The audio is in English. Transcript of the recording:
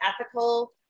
ethical